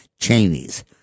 Cheneys